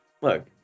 Look